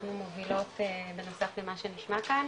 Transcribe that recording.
שאנחנו מובילות בנושא של מה שנשמע כאן.